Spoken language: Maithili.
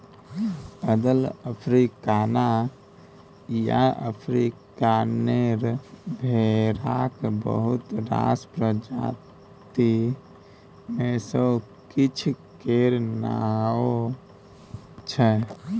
अदल, अफ्रीकाना आ अफ्रीकानेर भेराक बहुत रास प्रजाति मे सँ किछ केर नाओ छै